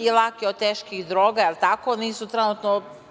i lake od teških droga, da li je tako. Nisu trenutno